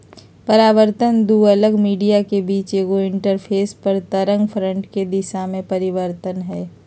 परावर्तन दू अलग मीडिया के बीच एगो इंटरफेस पर तरंगफ्रंट के दिशा में परिवर्तन हइ